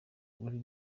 uri